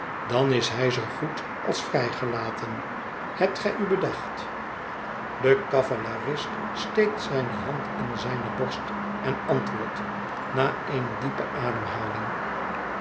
dan is hij zoo goed als vrijgelaten hebt gij u bedacht de cavalerist steekt zijne hand in zijne borst en antwoordt na eene diepe ademhaling